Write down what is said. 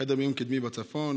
חדר מיון קדמי בצפון.